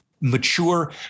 mature